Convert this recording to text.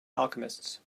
alchemists